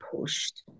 pushed